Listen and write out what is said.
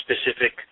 specific